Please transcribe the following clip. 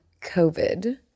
COVID